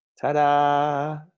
ta-da